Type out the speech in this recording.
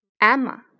Emma